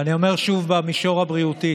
ואני אומר שוב, במישור הבריאותי